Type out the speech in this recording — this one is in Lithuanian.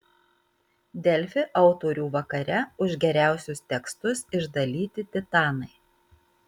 delfi autorių vakare už geriausius tekstus išdalyti titanai